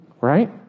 Right